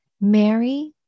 Mary